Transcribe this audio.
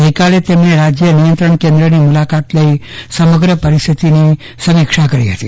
ગઈકાલે તેમને રાજ્ય નિયંત્રણ કેન્દ્રની મુલાકાત લઇ સમગ્ર પરિસ્થિતિનો સમીક્ષા કરી હતી